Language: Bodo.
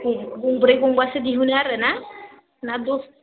गंब्रै गंबासो दिहुनो आरो ना ना दस